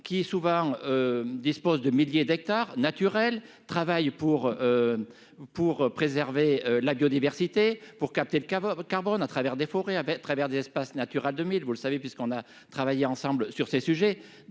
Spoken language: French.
est souvent. Dispose de milliers d'hectares naturel travaille pour. Pour préserver la biodiversité pour capter le caveau carbone à travers des forêts à travers des espaces Natura 2000, vous le savez, puisqu'on a travaillé ensemble sur ces sujets.